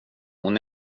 hon